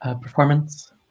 Performance